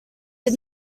did